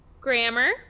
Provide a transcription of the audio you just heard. Grammar